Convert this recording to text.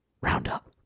roundup